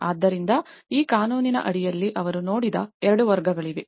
ಆದ್ದರಿಂದ ಈ ಕಾನೂನಿನ ಅಡಿಯಲ್ಲಿ ಅವರು ನೋಡಿದ 2 ವರ್ಗಗಳಿವೆ